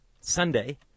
Sunday